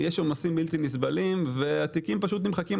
יש עומסים בלתי נסבלים, והתיקים פשוט נמחקים.